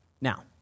Now